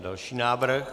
Další návrh.